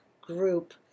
group